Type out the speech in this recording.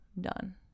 done